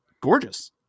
gorgeous